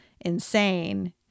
insane